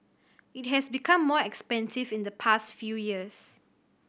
it has become more expensive in the past few years